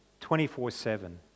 24-7